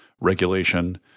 regulation